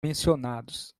mencionados